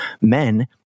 men